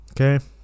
okay